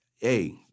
Hey